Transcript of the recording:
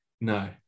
No